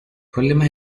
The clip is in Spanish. problemas